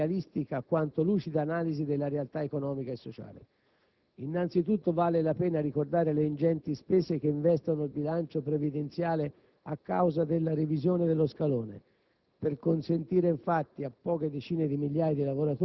E questo a discapito di ogni realistica quanto lucida analisi della realtà economica e sociale. Innanzi tutto, vale la pena ricordare le ingenti spese che investono il bilancio previdenziale a causa della revisione dello «scalone».